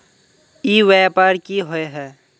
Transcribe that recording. ई व्यापार की होय है?